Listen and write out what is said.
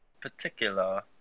particular